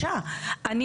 לא, לא.